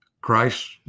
Christ